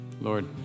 Lord